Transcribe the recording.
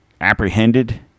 apprehended